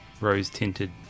rose-tinted